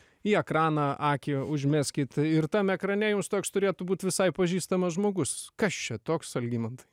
į ekraną akį užmeskit ir tame ekrane jums toks turėtų būt visai pažįstamas žmogus kas čia toks algimantai